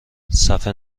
صحفه